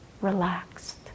relaxed